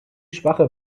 schwache